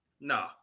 no